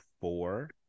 four